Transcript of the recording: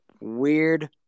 Weird